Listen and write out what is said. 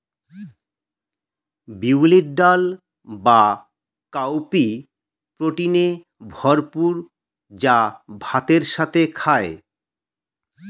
বিউলির ডাল বা কাউপি প্রোটিনে ভরপুর যা ভাতের সাথে খায়